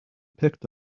picked